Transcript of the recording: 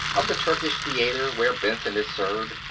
of the turkish theater where benson had served,